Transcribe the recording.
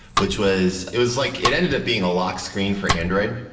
which was it was like it ended up being a lock screen for android,